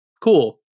cool